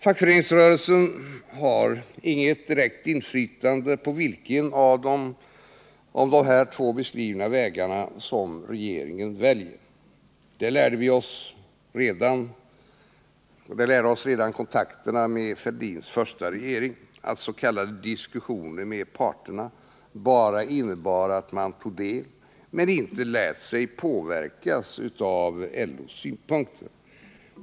Fackföreningsrörelsen har inget inflytande på vilken av de här två beskrivna vägarna som regeringen väljer. Det lärde oss redan kontakterna med Fälldins första regering —s.k. diskussioner med parterna innebar bara att man tog del, inte att man lät sig påverkas av LO:s synpunkter.